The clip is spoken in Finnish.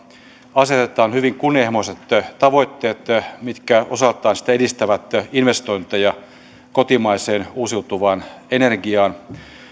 asetetaan hyvin kunnianhimoiset tavoitteet mitkä osaltaan sitten edistävät investointeja kotimaiseen uusiutuvaan energiaan